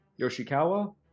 Yoshikawa